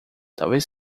talvez